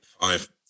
Five